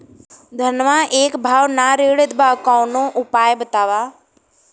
धनवा एक भाव ना रेड़त बा कवनो उपाय बतावा?